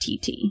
TT